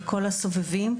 לכל הסובבים,